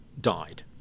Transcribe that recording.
died